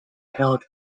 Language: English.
held